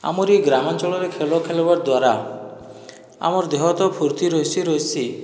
ଆମର୍ ଏହି ଗ୍ରାମାଞ୍ଚଳରେ ଖେଲ ଖେଲିବାର୍ ଦ୍ୱାରା ଆମର୍ ଦେହ ହାତ ଫୁର୍ତ୍ତି ରହିସି ରହିସି